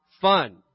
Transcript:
fun